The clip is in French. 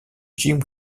jim